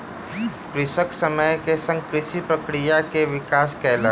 कृषक समय के संग कृषि प्रक्रिया के विकास कयलक